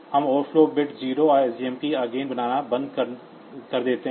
हम overflow bit 0 और SJMP again बनाना बंद कर देते हैं